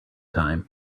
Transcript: time